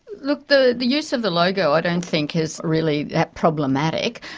look, the the use of the logo i don't think is really that problematic,